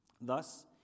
Thus